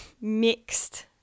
mixed